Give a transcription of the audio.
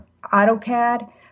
AutoCAD